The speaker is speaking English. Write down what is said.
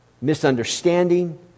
misunderstanding